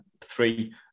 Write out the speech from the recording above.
three